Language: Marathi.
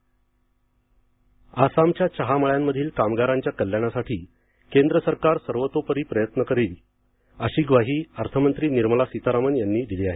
निर्मला सीतारामन आसामच्या चहा मळ्यांमधील कामगारांच्या कल्याणासाठी केंद्र सरकार सर्वतोपरी मदत करील अशी ग्वाही अर्थमंत्री निर्मला सीतारामन यांनी दिली आहे